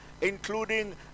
including